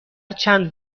چند